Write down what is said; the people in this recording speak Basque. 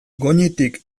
goñitik